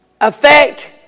affect